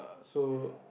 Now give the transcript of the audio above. so